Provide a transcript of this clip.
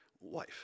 wife